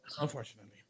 unfortunately